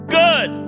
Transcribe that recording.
good